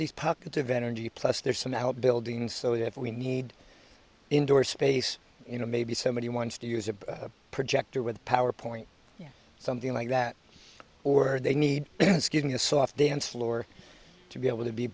these pockets of energy plus there's some outbuildings so if we need indoor space you know maybe somebody wants to use a projector with a power point something like that or they need a soft dance floor to be able to be